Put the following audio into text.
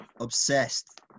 Obsessed